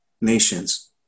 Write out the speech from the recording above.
nations